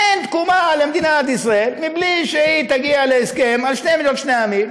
אין תקומה למדינת ישראל בלי שהיא תגיע להסכם על שתי מדינות לשני עמים,